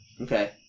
Okay